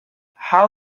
how